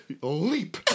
leap